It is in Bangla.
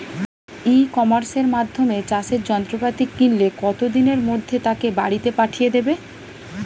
ই কমার্সের মাধ্যমে চাষের যন্ত্রপাতি কিনলে কত দিনের মধ্যে তাকে বাড়ীতে পাঠিয়ে দেবে?